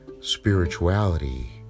spirituality